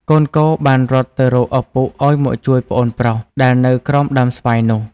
កូនគោបានរត់ទៅរកឪពុកឲ្យមកជួយប្អូនប្រុសដែលនៅក្រោមដើមស្វាយនោះ ។